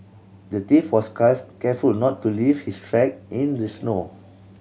the thief was careful to not leave his track in the snow